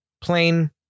plain